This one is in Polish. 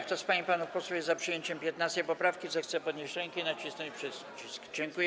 Kto z pań i panów posłów jest za przyjęciem 15. poprawki, zechce podnieść rękę i nacisnąć przycisk.